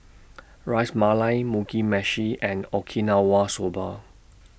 Ras Malai Mugi Meshi and Okinawa Soba